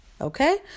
okay